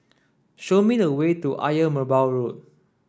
show me the way to Ayer Merbau Road